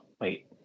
Wait